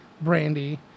brandy